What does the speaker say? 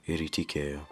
ir įtikėjo